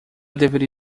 deveria